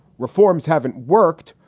reforms haven't worked.